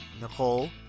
Nicole